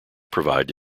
provide